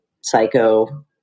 psycho